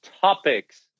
topics